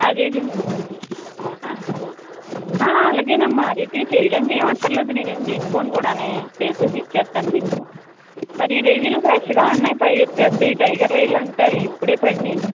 అదేది అలాగేనమ్మా అదేంటి చెయ్యడానికేం అక్కరలేదు నేనేమి తీసుకోను కూడాను చేసి ఇచ్చేస్తాను మీకు మరి ఈ రొయ్యలు ఫ్రెష్గా ఉన్నాయి పయిగా పెద్దవి టైగర్ రోయ్యలంటారు ఇప్పుడే పడ్డాయి